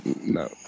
No